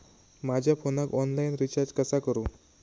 माझ्या फोनाक online recharge कसा करू?